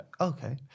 Okay